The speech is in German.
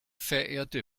verehrte